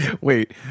Wait